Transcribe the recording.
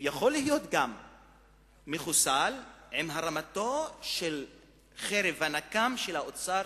יכול להיות גם מחוסל עם הרמתה של חרב הנקם של האוצר,